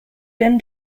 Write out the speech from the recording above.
then